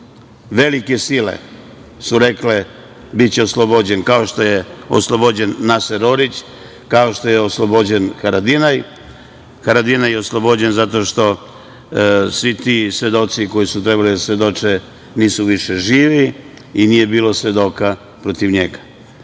Velike sile su rekle – biće oslobođen, kao što je oslobođen Naser Orić, kao što je oslobođen Haradinaj. Haradinaj je oslobođen zato što svi ti svedoci koji su trebali da svedoče nisu više živi i nije bilo svedoka protiv